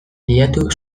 bilatu